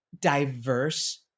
diverse